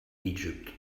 egypt